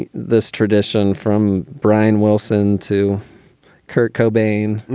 this tradition from brian wilson to kurt cobain,